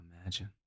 imagine